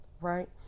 right